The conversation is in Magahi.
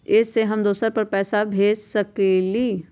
इ सेऐ हम दुसर पर पैसा भेज सकील?